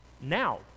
Now